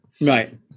right